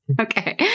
Okay